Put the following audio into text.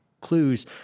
clues